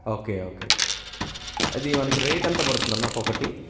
okay okay అది మనకి rate ఎంత పడుతుందన్నా ఒక్కొకటి